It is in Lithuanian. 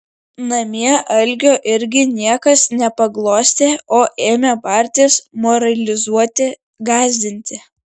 namie algio irgi niekas nepaglostė o ėmė bartis moralizuoti gąsdinti